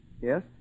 yes